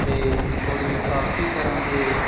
ਅਤੇ ਹੋਰ ਵੀ ਕਾਫੀ ਤਰ੍ਹਾਂ ਦੇ